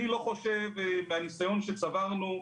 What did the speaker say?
מהניסיון שצברנו,